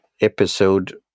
episode